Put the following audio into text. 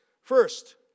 First